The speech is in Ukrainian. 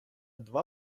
два